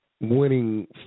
winning